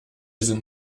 sind